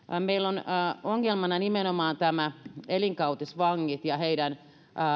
meillä on ongelmana nimenomaan nämä elinkautisvangit ja heidän